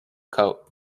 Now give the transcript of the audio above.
coat